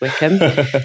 Wickham